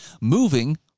moving